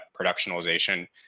productionalization